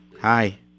Hi